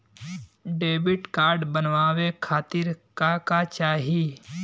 Debit card बनवावे खातिर का का चाही?